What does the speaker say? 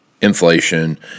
inflation